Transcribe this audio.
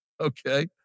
okay